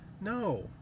No